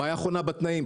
הבעיה חונה בתנאים.